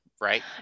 right